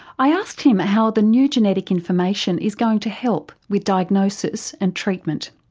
i asked him how the new genetic information is going to help with diagnosis and treatment.